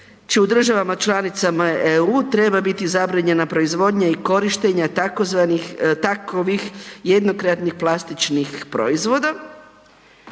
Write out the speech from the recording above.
će u državama članicama EU treba biti zabranjena proizvodnja i korištenja tzv. takovih jednokratnih plastičnih proizvoda.